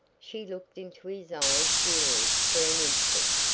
she looked into his eyes dully for an instant,